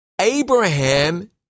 Abraham